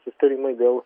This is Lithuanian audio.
susitarimai dėl